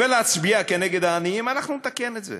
ולהצביע כנגד העניים, אנחנו נתקן את זה,